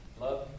Love